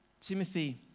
Timothy